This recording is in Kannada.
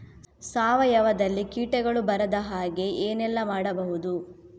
ಸಾವಯವದಲ್ಲಿ ಕೀಟಗಳು ಬರದ ಹಾಗೆ ಏನೆಲ್ಲ ಮಾಡಬಹುದು?